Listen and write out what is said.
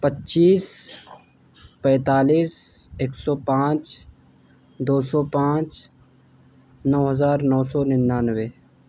پچیس پینتالیس ایک سو پانچ دو سو پانچ نو ہزار نو سو ننانوے